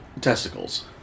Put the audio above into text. testicles